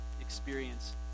experience